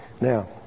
Now